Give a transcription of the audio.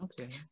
Okay